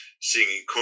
singing